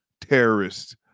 terrorists